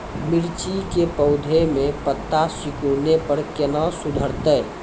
मिर्ची के पौघा मे पत्ता सिकुड़ने पर कैना सुधरतै?